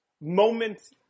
moments